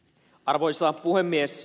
arvoisa puhemies